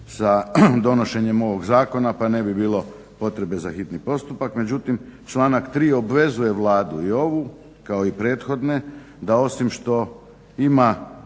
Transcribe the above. sa donošenjem ovog zakona, a ne bi bilo potrebe za hitni postupak. Međutim, članak 3. obvezuje Vladu i ovu, kao i prethodne da osim što ima